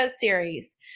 series